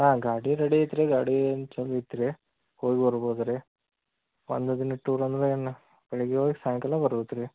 ಹಾಂ ಗಾಡಿ ರೆಡಿ ಅಯ್ತು ರೀ ಗಾಡಿ ಏನು ಚಲೋ ಆಯ್ತು ರೀ ಹೋಗಿ ಬರ್ಬೊದು ರೀ ಒಂದು ದಿನದ ಟೂರ್ ಅಂದರೆ ಏನ್ ಬೆಳಗ್ಗೆ ಹೋಗಿ ಸಾಯಂಕಾಲ ಬರ್ಬೋದು ರೀ